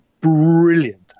brilliant